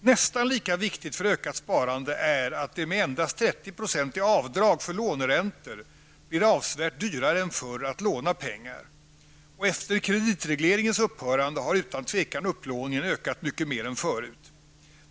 Nästan lika viktigt för ökat sparande är att det med endast 30 % i avdrag för låneräntor blir avsevärt dyrare än förr att låna pengar -- och efter kreditregleringens upphörande har utan tvivel upplåningen ökat mycket mer än förut.